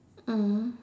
mm